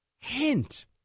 hint